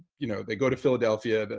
you know, they go to philadelphia, but